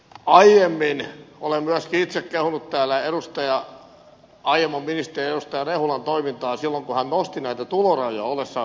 aiemmin olen myöskin itse kehunut täällä aiemman ministerin edustaja rehulan toimintaa silloin kun hän nosti näitä tulorajoja ollessaan ministerinä